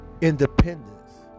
independence